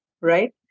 right